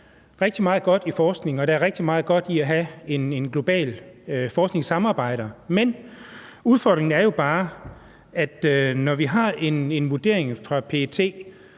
rigtig meget godt i forskning, og at der er rigtig meget godt i at have et globalt forskningssamarbejde, men udfordringen er bare, at vi har den vurdering fra PET,